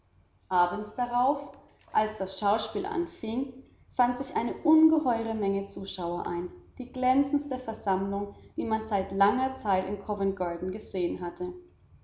abends darauf als das schauspiel anfing fand sich eine ungeheure menge zuschauer ein die glänzendste versammlung die man seit langer zeit in covent garden gesehen hatte